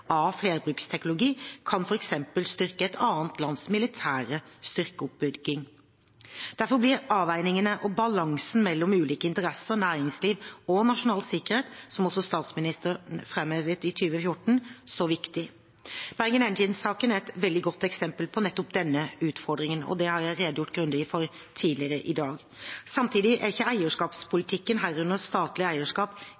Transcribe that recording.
av flerbruksteknologi, kan f.eks. styrke et annet lands militære styrkeoppbygging. Derfor blir avveiningene og balansen mellom ulike interesser, næringsliv og nasjonal sikkerhet, som også statsministeren framhevet i 2014, så viktig. Bergen Engines-saken er et veldig godt eksempel på nettopp denne utfordringen, og det har jeg redegjort grundig for tidligere i dag. Samtidig er ikke